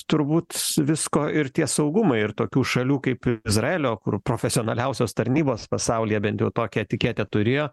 turbūt visko ir tie saugumai ir tokių šalių kaip izraelio kur profesionaliausios tarnybos pasaulyje bent jau tokią etiketę turėjo